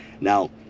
Now